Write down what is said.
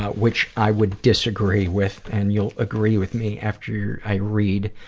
ah which i would disagree with, and you'll agree with me after i read